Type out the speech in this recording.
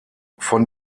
von